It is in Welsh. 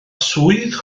swydd